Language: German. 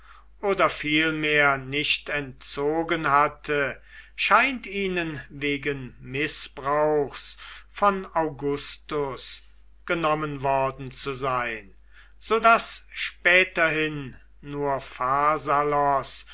oder vielmehr nicht entzogen hatte scheint ihnen wegen mißbrauchs von augustus genommen worden zu sein so daß späterhin nur